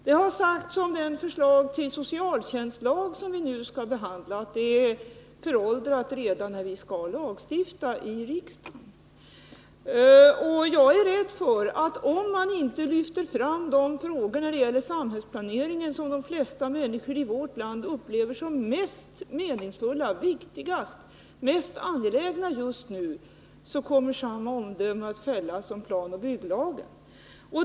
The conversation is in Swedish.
Det har sagts om det förslag till socialtjänstlag som vi nu skall behandla att det är föråldrat redan när vi skall lagstifta i riksdagen. Om man inte lyfter fram de frågor när det gäller samhällsplaneringen som de flesta människor i vårt land upplever som viktigast och mest angelägna just nu är jag rädd för att samma omdöme kommer att fällas om förslaget till planoch bygglag.